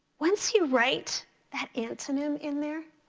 once you write that antonym in there,